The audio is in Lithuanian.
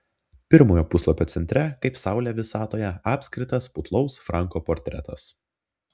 pirmojo puslapio centre kaip saulė visatoje apskritas putlaus franko portretas